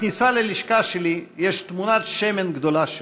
בכניסה ללשכה שלי יש תמונת שמן גדולה שלו.